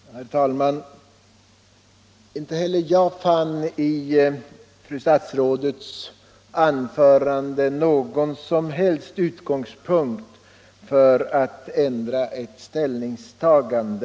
Herr talman! Inte heller jag fann i fru statsrådets anförande någon som helst utgångspunkt för ett ändrat ställningstagande.